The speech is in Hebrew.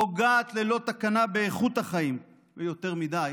פוגעת ללא תקנה באיכות החיים, ויותר מדי